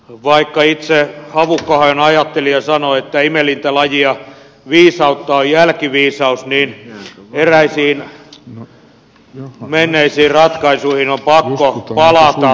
vaikka itse havukka ahon ajattelija sanoi että imelintä lajia viisautta on jälkiviisaus niin eräisiin menneisiin ratkaisuihin on pakko palata